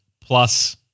plus